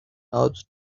out